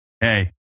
hey